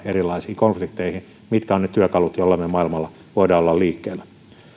erilaisiin konflikteihin mitkä ovat ne työkalut joilla me maailmalla voimme olla liikkeellä